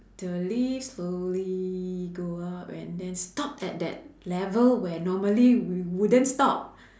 the lift slowly go up and then stop at that level where normally we wouldn't stop